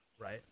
right